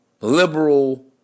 liberal